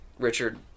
Richard